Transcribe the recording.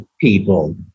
people